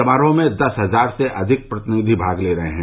समारोह में दस हजार से अधिक प्रतिनिधि भाग ले रहे हैं